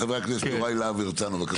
חבר הכנסת יוראי להב הרצנו, בבקשה.